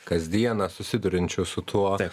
kasdieną susiduriančios su tuo